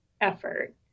effort